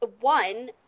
one